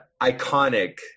iconic